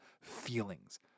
feelings